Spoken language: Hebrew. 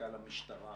מפכ"ל המשטרה